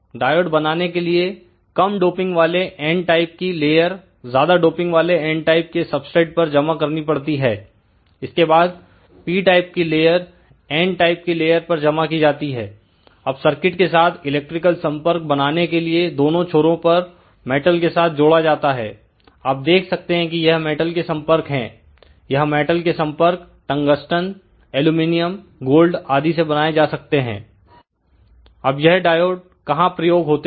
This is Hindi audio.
डायोड बनाने के लिएकम डोपिंग वाले N टाइप की लेयर ज्यादा डोपिंग वाले N टाइप के सबस्ट्रेट पर जमा करनी पड़ती है इसके बाद P टाइप की लेयर N टाइप की लेयर पर जमा की जाती है अब सर्किट के साथ इलेक्ट्रिकल संपर्क बनाने के लिए दोनों छोरों पर मेटल के साथ जोड़ा जाता है आप देख सकते हैं कि यह मेटल के संपर्क हैं यह मेटल के संपर्क टंगस्टन एल्यूमीनियम गोल्ड आदि से बनाए जा सकते हैं अब यह डायोड कहां प्रयोग होते हैं